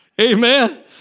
Amen